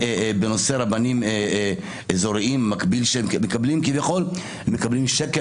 --- בנושא רבנים אזוריים הם מקבלים שקל